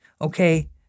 okay